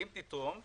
אם תתרום למטרות.